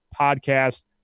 podcast